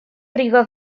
brifo